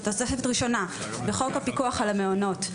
זאת תוספת ראשונה בחוק הפיקוח על המעונות,